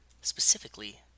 specifically